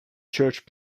church